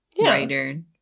Writer